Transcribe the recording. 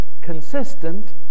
consistent